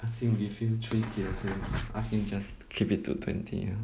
ask him give you three kilogram ah ask him just keep it to twenty ah